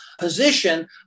position